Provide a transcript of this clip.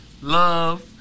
Love